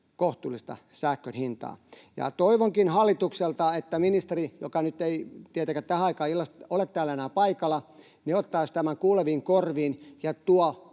kohtuullista sähkön hintaa. Ja toivonkin hallitukselta, että ministeri — joka nyt ei tietenkään tähän aikaan illasta ole täällä enää paikalla — ottaisi tämän kuuleviin korviin ja